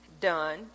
done